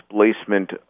displacement